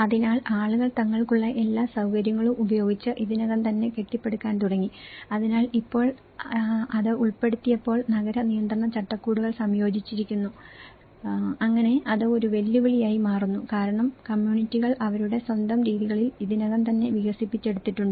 അതിനാൽ ആളുകൾ തങ്ങൾക്കുള്ള എല്ലാ സൌകര്യങ്ങളും ഉപയോഗിച്ച് ഇതിനകം തന്നെ കെട്ടിപ്പടുക്കാൻ തുടങ്ങി അതിനാൽ ഇപ്പോൾ അത് ഉൾപ്പെടുത്തിയപ്പോൾ നഗര നിയന്ത്രണ ചട്ടക്കൂടുകൾ സംയോജിപ്പിച്ചിരിക്കുന്നു അങ്ങനെ അത് ഒരു വെല്ലുവിളിയായി മാറുന്നു കാരണം കമ്മ്യൂണിറ്റികൾ അവരുടെ സ്വന്തം രീതികളിൽ ഇതിനകം തന്നെ വികസിപ്പിച്ചെടുത്തിട്ടുണ്ട്